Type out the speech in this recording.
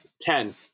Ten